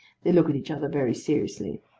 they look at each other, very seriously.